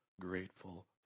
grateful